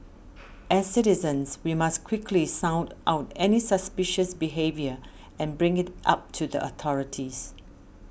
as citizens we must quickly sound out any suspicious behaviour and bring it up to the authorities